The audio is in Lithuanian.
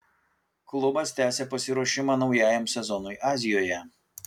klubas tęsia pasiruošimą naujajam sezonui azijoje